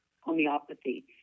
homeopathy